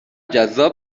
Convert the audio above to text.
جذاب